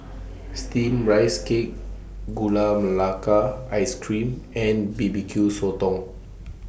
Steamed Rice Cake Gula Melaka Ice Cream and B B Q Sotong